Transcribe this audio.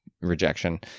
rejection